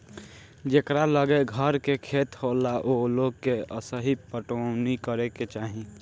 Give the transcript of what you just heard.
जेकरा लगे घर के खेत होला ओ लोग के असही पटवनी करे के चाही